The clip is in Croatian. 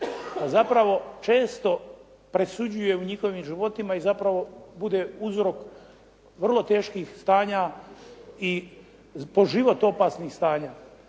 zapravo često presuđuje u njihovim životima i zapravo bude uzrok vrlo teških stanja i po život opasnih stanja.